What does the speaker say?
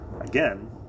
again